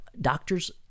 doctors